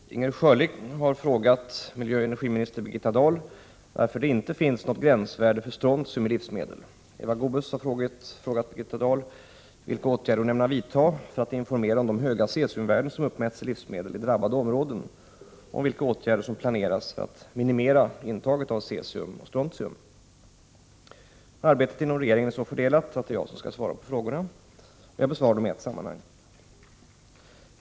Herr talman! Inger Schörling har frågat miljöoch energiminister Birgitta Dahl varför det inte finns något gränsvärde för strontium i livsmedel. Eva Goés har frågat miljöoch energiminister Birgitta Dahl vilka åtgärder hon ämnar vidta för att informera om de höga cesiumvärden som uppmätts i livsmedel i drabbade områden och om vilka åtgärder som planeras för att minimera intaget av cesium och strontium. Arbetet inom regeringen är så fördelat att det är jag som skall svara på frågorna. Jag besvarar frågorna i ett sammanhang.